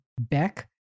back